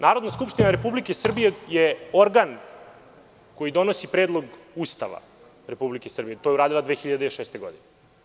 Narodna skupština Republike Srbije je organ koji donosi predlog Ustava Republike Srbije i to je uradila 2006. godine.